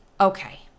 Okay